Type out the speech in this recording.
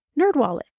Nerdwallet